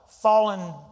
fallen